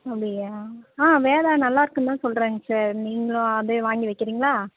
அப்படியா ஆ வேதா நல்லா இருக்குன்னு தான் சொல்கிறாங்க சார் நீங்களும் அதே வாங்கி வைக்கிறிங்களா